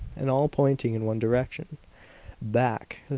and all pointing in one direction back,